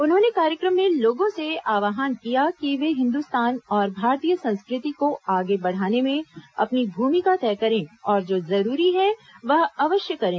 उन्होंने कार्यक्रम में लोगों से आव्हान किया कि वे हिन्दुस्तान और भारतीय संस्कृति को आगे बढ़ाने में अपनी भूमिका तय करें और जो जरूरी है वह अवश्य करें